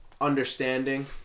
understanding